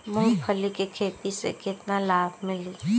मूँगफली के खेती से केतना लाभ मिली?